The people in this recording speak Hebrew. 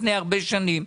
לפני הרבה שנים,